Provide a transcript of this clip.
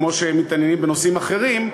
כמו שהם מתעניינים בנושאים אחרים,